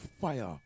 fire